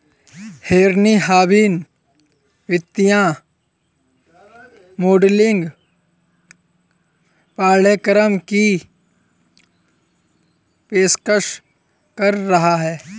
Henry Harvin वित्तीय modelling पाठ्यक्रम की पेशकश कर रहा हैं